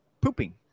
pooping